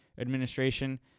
Administration